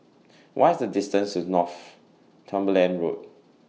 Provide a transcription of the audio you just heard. What IS The distance to Northumberland Road